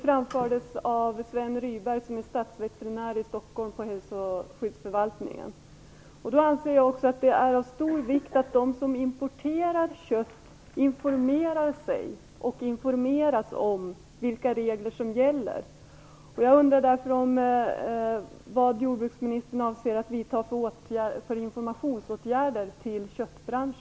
Jag anser att det är av stor vikt att de som importerar kött informerar sig och informeras om vilka regler som gäller. Jag undrar därför vilka informationsåtgärder avseende köttbranschen jordbruksministern avser att vidta.